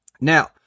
Now